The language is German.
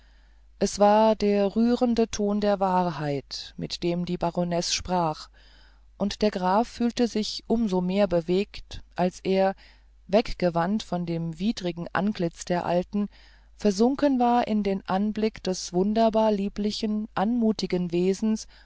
es war der rührende ton der wahrheit mit dem die baronesse sprach und der graf fühlte sich um so mehr bewegt als er weggewandt von dem widrigen antlitz der alten versunken war in den anblick des wunderbar lieblichen anmutigen wesens